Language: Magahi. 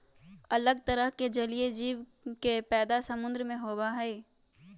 अलग तरह के जलीय जीव के पैदा समुद्र में होबा हई